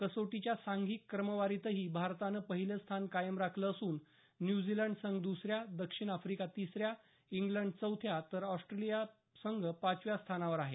कसोटीच्या सांधिक क्रमवारीतही भारतानं पहिलं स्थान कायम राखलं असून न्यूझीलंड संघ दुसऱ्या दक्षिण आफ्रिका तिसऱ्या इंग्लंड चौथ्या तर ऑस्ट्रेलिया संघ पाचव्या स्थानावर आहे